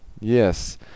yes